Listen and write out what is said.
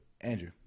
Andrew